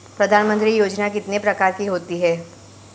प्रधानमंत्री योजना कितने प्रकार की होती है?